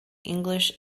english